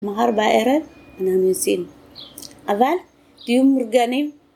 מחר בארץ אנחנו נוסעים אבל, תהיו מאורגנים